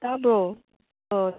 ꯇꯥꯕ꯭ꯔꯣ ꯑꯥ